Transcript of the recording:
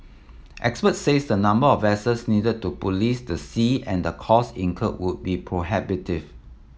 experts says the number of vessels needed to police the sea and costs incurred would be prohibitive